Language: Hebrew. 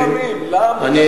לא ללוחמים, למקבלי ההחלטות.